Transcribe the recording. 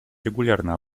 регулярно